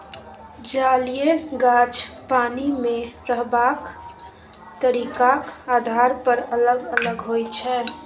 जलीय गाछ पानि मे रहबाक तरीकाक आधार पर अलग अलग होइ छै